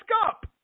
up